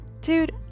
Dude